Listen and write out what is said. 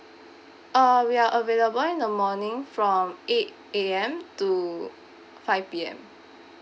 uh we are available in the morning from eight A_M to five P_M